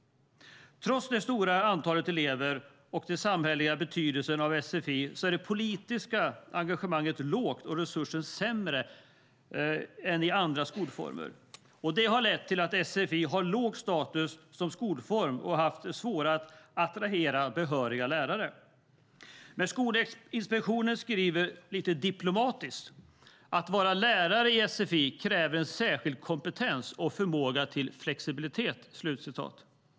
Trots det stora antalet elever och den samhälleliga betydelsen av sfi är det politiska engagemanget lågt och resurserna sämre än i andra skolformer. Det har lett till att sfi har låg status som skolform och har haft svårare att attrahera behöriga lärare. Skolinspektionen skriver lite diplomatiskt: "Att vara lärare i sfi kräver en särskild kompetens och förmåga till flexibilitet."